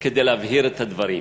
כדי להבהיר את הדברים.